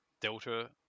delta